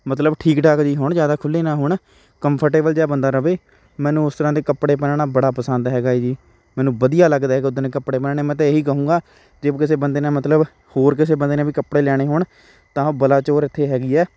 ਮਤਲਬ ਠੀਕ ਠਾਕ ਜਿਹੇ ਹੋਣ ਜ਼ਿਆਦਾ ਖੁੱਲ੍ਹੇ ਨਾ ਹੋਣ ਕੰਫਰਟੇਬਲ ਜਿਹਾ ਬੰਦਾ ਰਹੇ ਮੈਨੂੰ ਉਸ ਤਰ੍ਹਾਂ ਦੇ ਕੱਪੜੇ ਪਹਿਨਣਾ ਬੜਾ ਪਸੰਦ ਹੈਗਾ ਜੀ ਮੈਨੂੰ ਵਧੀਆ ਲੱਗਦਾ ਹੈਗਾ ਉੱਦਾਂ ਦੇ ਕੱਪੜੇ ਪਹਿਨਣੇ ਮੈਂ ਤਾਂ ਇਹੀ ਕਹੂੰਗਾ ਜੇ ਕਿਸੇ ਬੰਦੇ ਨੇ ਮਤਲਬ ਹੋਰ ਕਿਸੇ ਬੰਦੇ ਨੇ ਵੀ ਕੱਪੜੇ ਲੈਣੇ ਹੋਣ ਤਾਂ ਬਲਾਚੋਰ ਇੱਥੇ ਹੈਗੀ ਹੈ